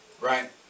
Right